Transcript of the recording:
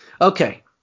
Okay